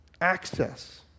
Access